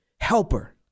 helper